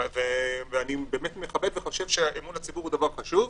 ואני באמת מכבד וחושב שאמון הציבור הוא דבר חשוב.